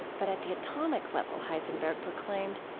but at the atomic level, heisenberg proclaimed,